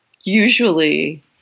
usually